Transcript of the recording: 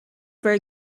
very